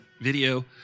video